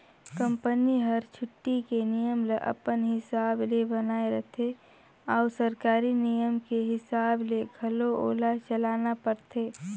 company हर छुट्टी के नियम ल अपन हिसाब ले बनायें रथें अउ सरकारी नियम के हिसाब ले घलो ओला चलना परथे